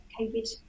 COVID